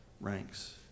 ranks